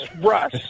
Russ